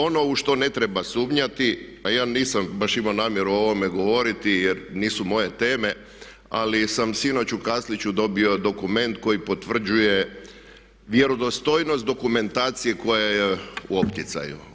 Ono u što ne treba sumnjati a ja nisam baš imao namjeru o ovome govoriti jer nisu moje teme, ali sam sinoć u kasliću dobio dokument koji potvrđuje vjerodostojnost dokumentacije koja je u optjecaju.